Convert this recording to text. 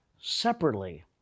separately